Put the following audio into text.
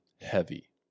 heavy